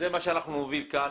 זה מה שאנחנו חושבים כאן.